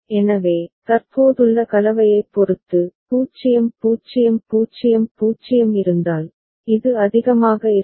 எனவே தற்போதுள்ள கலவையைப் பொறுத்து 0 0 0 0 இருந்தால் இது அதிகமாக இருக்கும்